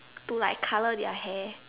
to like color their hair